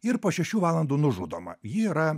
ir po šešių valandų nužudoma ji yra